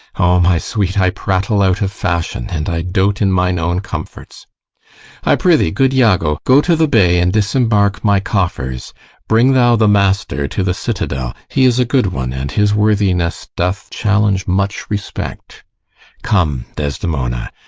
o my sweet, i prattle out of fashion, and i dote in mine own comforts i pry'thee, good iago, go to the bay and disembark my coffers bring thou the master to the citadel he is a good one, and his worthiness does challenge much respect come, desdemona,